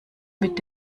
mit